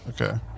Okay